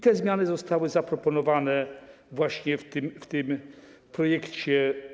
Te zmiany zostały zaproponowane właśnie w omawianym projekcie.